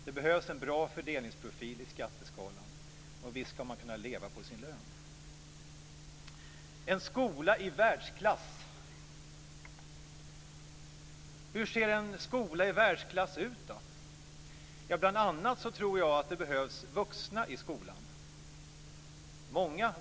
Det behövs en bra fördelningsprofil i skatteskalan, och visst ska man kunna leva på sin lön. Det ska vara en skola i världsklass. Hur ser en skola i världsklass ut? Jag tror att det bl.a. behövs många vuxna i skolan.